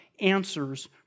answers